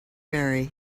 marry